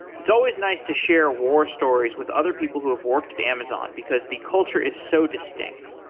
it's always nice to share war stories with other people who have worked at amazon, because the culture is so distinct.